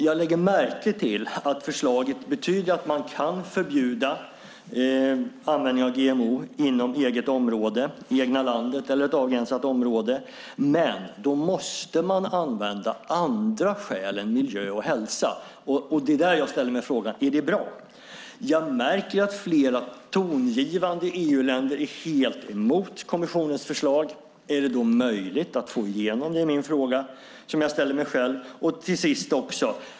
Jag lägger märke till att förslaget betyder att man kan förbjuda användning av GMO inom eget område, det egna landet eller ett avgränsat område. Men då måste man använda andra skäl än miljö och hälsa. Det är där jag ställer mig frågan: Är det bra? Jag märker att flera tongivande EU-länder är helt emot kommissionens förslag. Är det då möjligt att få igenom det? Det är den fråga som jag ställer mig själv.